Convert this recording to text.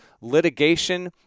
litigation